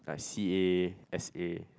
like C_A S_A